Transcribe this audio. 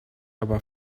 aber